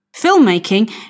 Filmmaking